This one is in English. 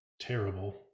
terrible